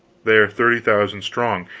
they are thirty thousand strong.